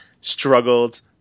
struggled